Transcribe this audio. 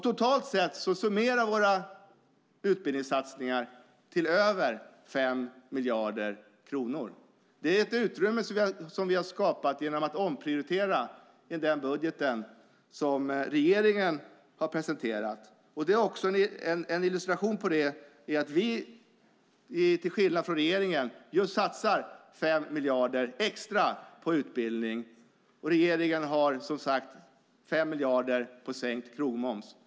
Totalt sett summerar våra utbildningssatsningar till över 5 miljarder kronor. Det är ett utrymme som vi har skapat genom att omprioritera i den budget som regeringen har presenterat. En illustration av det är att vi till skillnad från regeringen just satsar 5 miljarder extra på utbildning. Regeringen har som sagt lagt 5 miljarder på sänkt krogmoms.